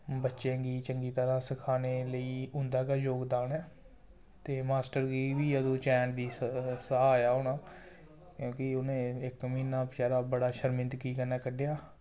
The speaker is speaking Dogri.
बच्चें गी चंगी तरह् सखाने लेई उंं'दा गै जोगदान ऐ ते मास्टर गी बी अदूं चैन दी साह् आया होना क्योंकि उ'नें इक म्हीना बेचारा बड़ा शर्मिंदगी कन्नै क'ड्ढेआ